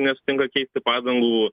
nesutinka keisti padangų